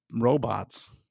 robots